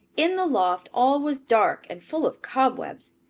in the loft all was dark and full of cobwebs.